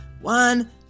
One